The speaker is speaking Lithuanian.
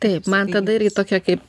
taip man tada irgi tokia kaip